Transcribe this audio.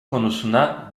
konusuna